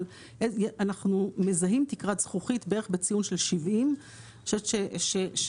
אבל אנחנו מזהים תקרת זכוכית בערך בציון של 70. אני חושבת שיש